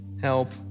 help